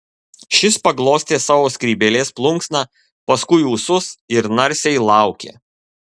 šis paglostė savo skrybėlės plunksną paskui ūsus ir narsiai laukė